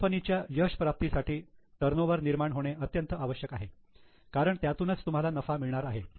कंपनीच्या यश प्राप्तीसाठी टर्नओवर निर्माण होणे अत्यंत आवश्यक आहे कारण त्यातूनच तुम्हाला नफा मिळणार आहे